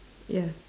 ya